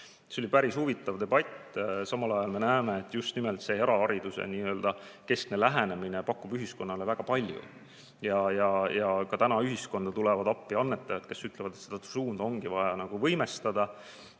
See oli päris huvitav debatt. Samal ajal me näeme, et just nimelt see eraharidusekeskne lähenemine pakub ühiskonnale väga palju. Ka täna ühiskonda tulevad appi annetajad, kes ütlevad, et seda suunda ongi vaja võimestada.